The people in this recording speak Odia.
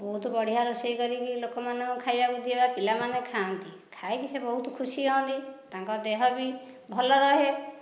ବହୁତ ବଢ଼ିଆ ରୋଷେଇ କରିକି ଲୋକମାନଙ୍କ ଖାଇବାକୁ ଦେବା ପିଲାମାନେ ଖାଆନ୍ତି ଖାଇକି ସେ ବହୁତ ଖୁସି ହୁଅନ୍ତି ତାଙ୍କ ଦେହ ବି ଭଲ ରହେ